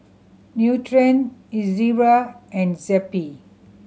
Nutren Ezerra and Zappy